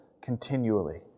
continually